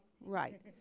Right